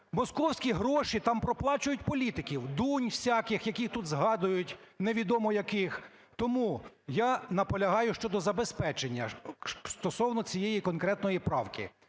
Московські гроші там проплачують політиків, Дунь всяких, яких тут згадують, невідомо яких. Тому я наполягаю щодо забезпечення стосовно цієї конкретної правки.